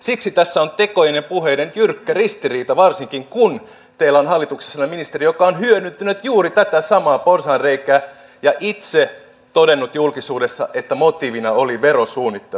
siksi tässä on tekojen ja puheiden jyrkkä ristiriita varsinkin kun teillä on hallituksessanne ministeri joka on hyödyntänyt juuri tätä samaa porsaanreikää ja itse todennut julkisuudessa että motiivina oli verosuunnittelu